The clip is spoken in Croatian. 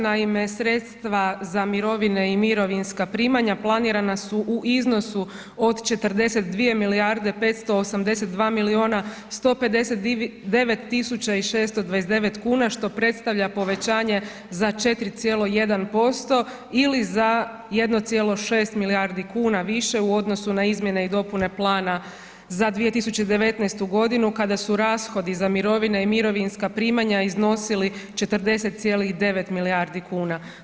Naime, sredstva za mirovine i mirovinska primanja planirana su u iznosu od 42 milijarde 582 milijuna 159 tisuća i 629 kuna što predstavlja povećanje za 4,1% ili za 1,6 milijardi kuna više u odnosu na izmjene i dopune plana za 2019. godinu kada su rashodi za mirovine i mirovinska primanja iznosili 40,9 milijardi kuna.